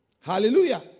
Hallelujah